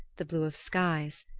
the blue of skies,